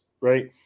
right